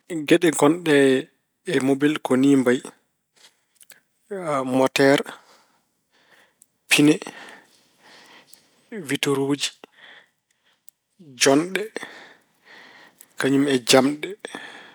Geɗe ngonɗe e mobel ko ni mbayi: moteer, pine, wituruuji, jonɗe, kañum e jamɗe.